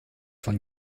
von